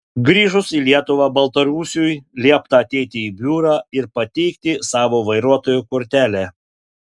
grįžus į lietuvą baltarusiui liepta ateiti į biurą ir pateikti savo vairuotojo kortelę